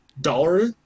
dollar